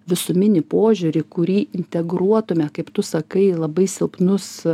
visuminį požiūrį kurį integruotume kaip tu sakai į labai silpnus